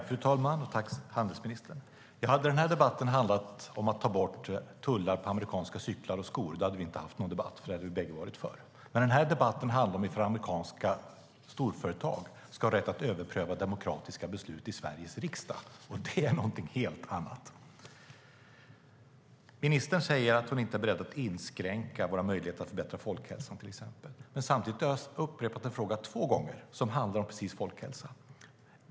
Fru talman! Tack, handelsministern! Hade den här debatten handlat om att ta bort tullar på amerikanska cyklar och skor hade vi inte haft någon debatt, för det hade vi bägge varit för. Men debatten handlar om frågan om amerikanska storföretag ska ha rätt att överpröva demokratiska beslut i Sveriges riksdag, och det är någonting helt annat. Ministern säger att hon inte är beredd att inskränka våra möjligheter att till exempel förbättra folkhälsan. Samtidigt har jag två gånger upprepat en fråga som handlar om just folkhälsan.